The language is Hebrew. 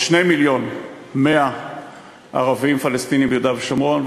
או 2 מיליון ו-100,000 ערבים פלסטינים ביהודה ושומרון,